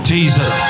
Jesus